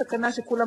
שקלים.